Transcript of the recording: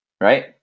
right